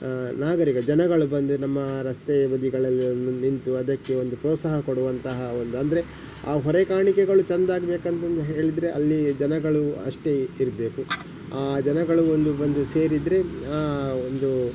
ನಾಗರಿಕ ಜನಗಳು ಬಂದು ನಮ್ಮ ರಸ್ತೆ ಬದಿಗಳಲ್ಲಿ ಅಲ್ಲಿ ನಿಂತು ಅದಕ್ಕೆ ಒಂದು ಪ್ರೋತ್ಸಾಹ ಕೊಡುವಂತಹ ಒಂದು ಅಂದರೆ ಆ ಹೊರೆ ಕಾಣಿಕೆಗಳು ಚೆಂದ ಆಗಬೇಕಂತ ಎಂದು ಹೇಳಿದರೆ ಅಲ್ಲಿ ಜನಗಳು ಅಷ್ಟೇ ಇರಬೇಕು ಆ ಜನಗಳು ಒಂದು ಬಂದು ಸೇರಿದರೆ ಒಂದು